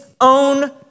own